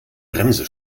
bremse